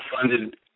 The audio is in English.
funded